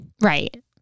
right